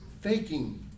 faking